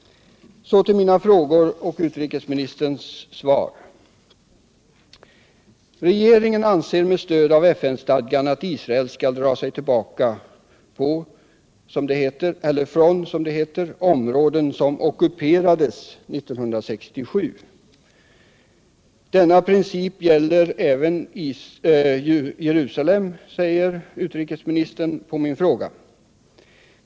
Så till mina frågor och utrikesministerns svar. Regeringen anser med stöd av FN-stadgan att Israel skall dra sig tillbaka från, som det heter, områden som ockuperades 1967. Denna princip gäller även Jerusalem, svarar utrikesministern på min fråga.